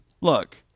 look